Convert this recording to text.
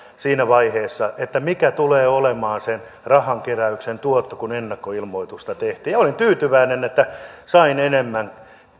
siinä vaiheessa mikä tulee olemaan sen rahankeräyksen tuotto kun ennakkoilmoitusta tehtiin olen tyytyväinen että sain enemmän